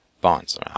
bonds